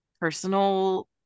personal